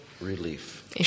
relief